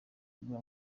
mbuga